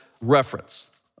reference